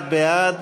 71 בעד,